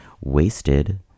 wasted